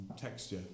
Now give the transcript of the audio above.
texture